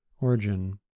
Origin